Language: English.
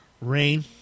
Rain